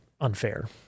unfair